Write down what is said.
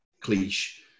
cliche